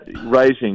rising